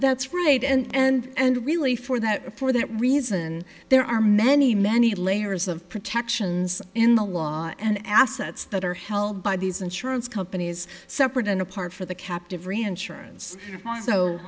that's right and really for that for that reason there are many many layers of protections in the law and assets that are held by these insurance companies separate and apart for the captive reinsurance